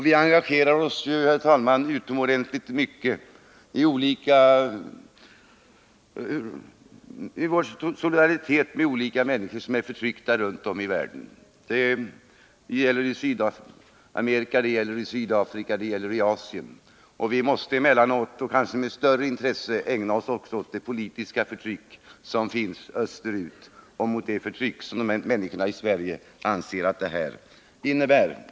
Vi engagerar oss, herr talman, utomordentligt hårt i vår solidaritet med olika människor som är förtryckta runt om i världen; det gäller Sydamerika, Sydafrika och Asien. Vi måste emellanåt och med kanske större intresse också ägna oss åt det politiska förtryck som finns österut, det förtryck som de här människorna i Sverige anser att det dubbla medborgarskapet innebär.